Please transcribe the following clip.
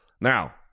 Now